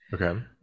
Okay